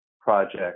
project